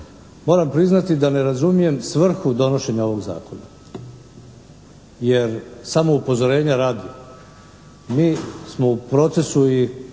Moram priznati da ne razumijem svrhu donošenja ovog zakona. Jer samo upozorenja radi, mi smo u procesu i